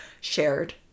shared